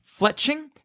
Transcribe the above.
fletching